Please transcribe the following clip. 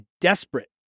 desperate